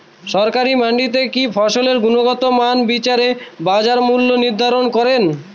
সরকারি মান্ডিতে কি ফসলের গুনগতমান বিচারে বাজার মূল্য নির্ধারণ করেন?